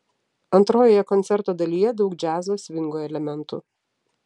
antrojoje koncerto dalyje daug džiazo svingo elementų